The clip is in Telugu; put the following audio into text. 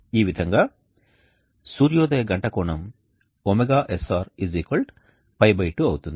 ఈ విధంగా సూర్యోదయ గంట కోణం ωsr π2 అవుతుంది